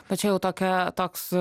tačiau tokia toks